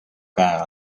käe